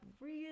real